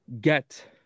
Get